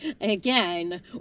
again